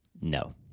No